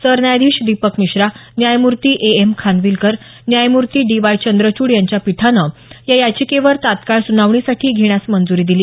सरन्यायाधीश दीपक मिश्र न्यायमूर्ती A M Khanwilkar न्यायमूर्ती डी वाय चंद्रचूड यांच्या पीठानं या याचिकेवर तत्काळ सुनावणीसाठी घेण्यास मंजुरी दिली